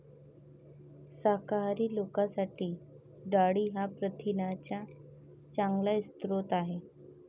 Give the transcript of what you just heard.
शाकाहारी लोकांसाठी डाळी हा प्रथिनांचा चांगला स्रोत आहे